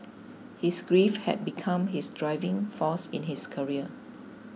his grief had become his driving force in his career